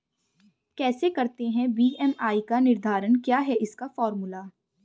कैसे करते हैं बी.एम.आई का निर्धारण क्या है इसका फॉर्मूला?